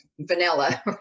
vanilla